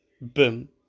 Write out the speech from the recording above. Boom